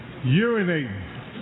urinating